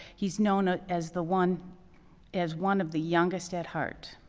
he's known ah as the one as one of the youngest at heart.